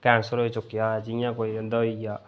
cancel होई चुकेआ जि'यां कोई उं'दा होई गेआ